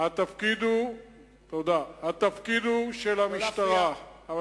התפקיד הזה הוא של הממשלה.